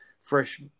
fresh